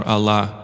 Allah